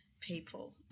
people